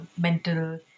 mental